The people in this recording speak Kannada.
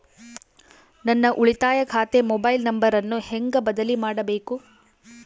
ನನ್ನ ಉಳಿತಾಯ ಖಾತೆ ಮೊಬೈಲ್ ನಂಬರನ್ನು ಹೆಂಗ ಬದಲಿ ಮಾಡಬೇಕು?